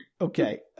Okay